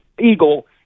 eagle